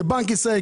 כבנק ישראל,